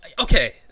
Okay